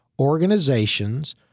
organizations